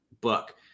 book